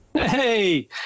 Hey